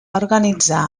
organitzar